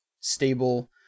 stable